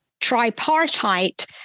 tripartite